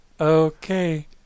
Okay